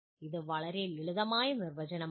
ഇത് വളരെ ലളിതമായ നിർവചനമാണ്